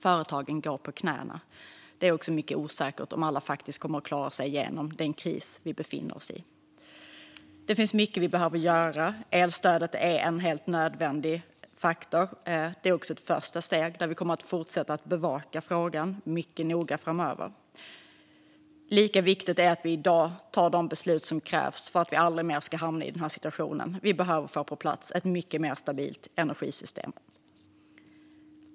Företagen går på knäna, och det är mycket osäkert om alla kommer att klara sig igenom den kris vi befinner oss i. Det finns mycket vi behöver göra. Elstödet är en helt nödvändig faktor. Det är också ett första steg där vi kommer att fortsätta att bevaka frågan mycket noga framöver. Lika viktigt är att vi i dag tar de steg som behövs för att vi aldrig mer ska hamna i den här situationen. Vi behöver få på plats ett mycket mer stabilt energisystem.